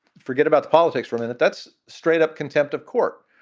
forget about politics for a minute. that's straight up contempt of court.